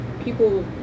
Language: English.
people